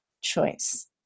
choice